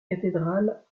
cathédrale